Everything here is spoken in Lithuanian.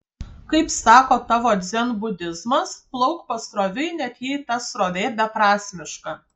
kaip sako tavo dzenbudizmas plauk pasroviui net jei ta srovė beprasmiška